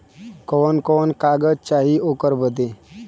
कवन कवन कागज चाही ओकर बदे?